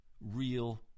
real